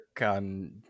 on